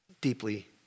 deeply